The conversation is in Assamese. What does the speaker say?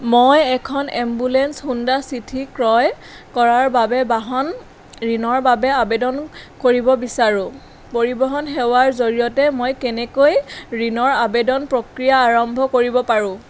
মই এখন এম্বুলেন্স হোণ্ডা চিটি ক্ৰয় কৰাৰ বাবে বাহন ঋণৰ বাবে আবেদন কৰিব বিচাৰোঁ পৰিৱহণ সেৱাৰ জৰিয়তে মই কেনেকৈ ঋণৰ আবেদন প্ৰক্ৰিয়া আৰম্ভ কৰিব পাৰোঁ